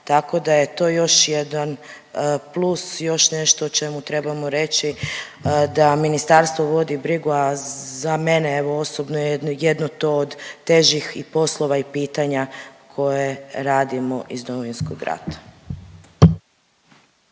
tako da je to još jedan plus, još nešto o čemu trebamo reći da ministarstvo vodi brigu, a za mene evo osobno jedno to od težih i poslova i pitanja koje radimo iz Domovinskog rata.